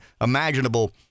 imaginable